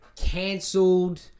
Cancelled